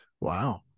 Wow